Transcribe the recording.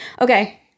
Okay